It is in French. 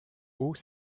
haut